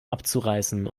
abzureißen